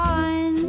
on